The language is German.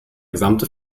gesamte